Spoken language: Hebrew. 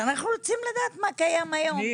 אני רוצה לדעת, מה קיים כיום.